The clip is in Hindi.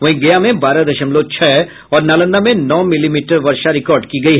वहीं गया में बारह दशमलव छह और नालंदा में नौ मिलीमीटर वर्षा रिकार्ड की गयी